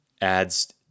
adds